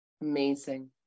Amazing